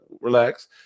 relax